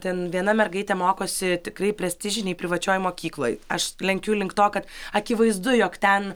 ten viena mergaitė mokosi tikrai prestižinėj privačioj mokykloj aš lenkiu link to kad akivaizdu jog ten